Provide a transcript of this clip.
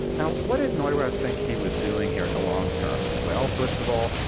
now, what did neurath think he was doing here, in the long-term? well, first of all,